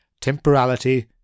temporality